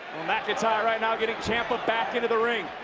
mcintyre right now getting ciampa back into the ring.